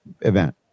event